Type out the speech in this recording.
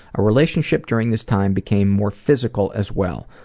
relationship during this time became more physical as well.